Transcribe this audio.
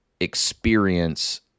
experience